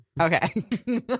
okay